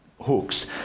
hooks